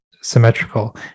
symmetrical